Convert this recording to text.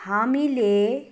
हामीले